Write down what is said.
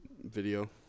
Video